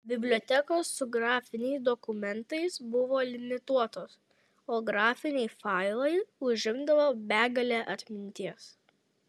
bibliotekos su grafiniais dokumentais buvo limituotos o grafiniai failai užimdavo begalę atminties